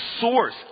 source